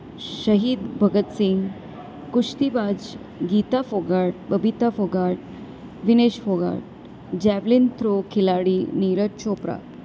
શહીદ ભગત સિંઘ કુસ્તીબાજ Geeta Phogat Babita Phogat Dinesh Phogat javelin throw ખેલાડી નીરજ ચોપરા